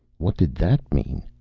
what did that mean?